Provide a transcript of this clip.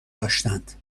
داشتند